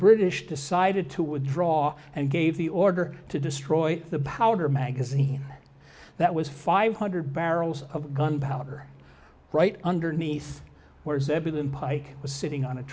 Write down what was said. british decided to withdraw and gave the order to destroy the powder magazine that was five hundred barrels of gunpowder right underneath where zeppelin pike was sitting on a